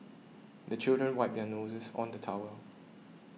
the children wipe their noses on the towel